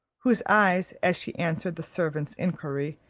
whose eyes, as she answered the servant's inquiry,